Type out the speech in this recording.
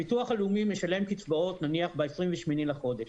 הביטוח הלאומי משלם קצבאות נניח ב-28 בחודש.